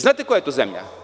Znate koja je to zemlja?